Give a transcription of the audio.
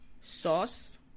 sauce